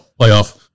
Playoff